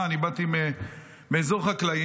באתי מאזור חקלאי,